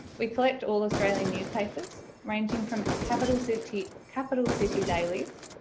we collect all australian newspapers, ranging from capital city, capital city dailies,